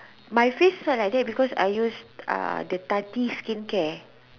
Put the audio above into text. my face is not like that because I use uh the Tati skincare